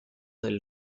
del